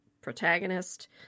protagonist